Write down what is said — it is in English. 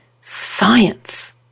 science